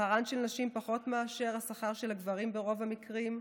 שכרן של נשים פחות מאשר השכר של גברים ברוב המקרים,